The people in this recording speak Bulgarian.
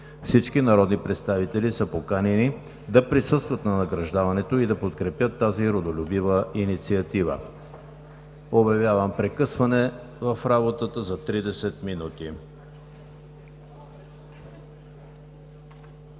Всички народни представители са поканени да присъстват на награждаването и да подкрепят тази родолюбива инициатива. Обявявам прекъсване на работата за 30 минути.